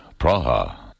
Praha